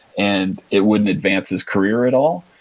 and it wouldn't advance his career at all,